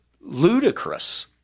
ludicrous